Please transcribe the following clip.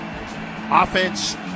Offense